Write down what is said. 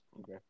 Okay